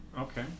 Okay